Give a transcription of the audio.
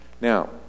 Now